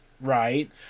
right